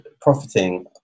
profiting